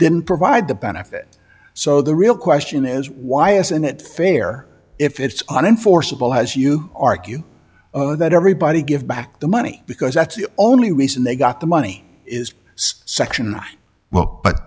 didn't provide the benefit so the real question is why isn't it fair if it's unenforceable as you argue that everybody give back the money because that's the only reason they got the money is section